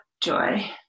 joy